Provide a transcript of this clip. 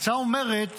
ההצעה אומרת